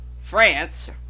France